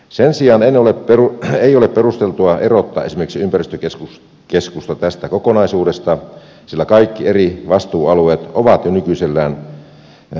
sen sijaan ei ole perusteltua erottaa esimerkiksi ympäristökeskusta tästä kokonaisuudesta sillä kaikki eri vastuualueet ovat jo nykyisellään itsenäisiä